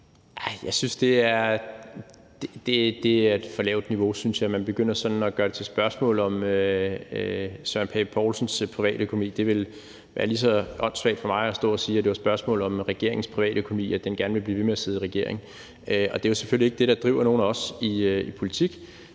Jeg synes, det er et for lavt niveau, at man begynder sådan at gøre det til et spørgsmål om Søren Pape Poulsens privatøkonomi. Det ville være lige så åndssvagt for mig at stå og sige, at det er et spørgsmål om regeringens privatøkonomi, der gør, at den gerne vil blive ved med at sidde som regering. Det er selvfølgelig ikke det, der driver nogen af os i politik.